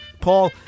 Paul